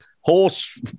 horse